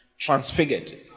transfigured